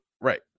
right